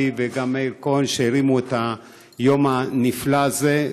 וגם למאיר כהן שהרימו את היום הנפלא הזה,